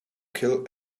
kill